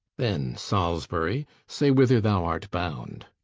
then, salisbury, say whether thou art bound.